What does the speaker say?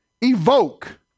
evoke